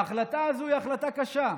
ההחלטה הזו היא החלטה קשה.